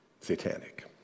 Satanic